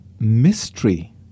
Mystery